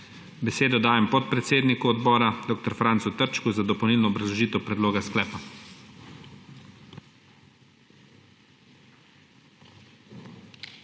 Besedo dajem podpredsedniku odbora dr. Francu Trčku za dopolnilno obrazložitev predloga sklepa.